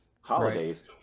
holidays